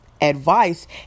advice